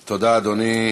תודה, אדוני.